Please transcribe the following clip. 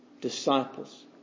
Disciples